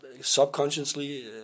subconsciously